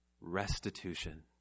restitution